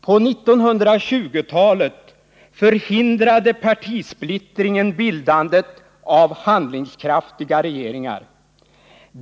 På 1920-talet förhindrade partisplittringen bildandet av handlingskraftiga regeringar.